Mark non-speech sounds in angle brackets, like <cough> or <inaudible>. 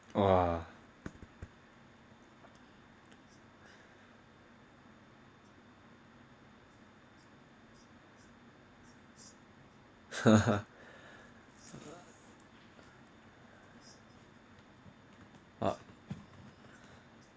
!whoa! <laughs> ah